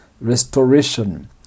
Restoration